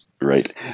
right